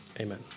Amen